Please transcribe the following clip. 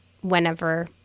whenever